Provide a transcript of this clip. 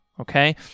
Okay